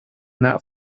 that